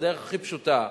בדרך הכי פשוטה: